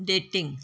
dating